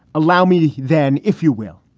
allow me then, if you will,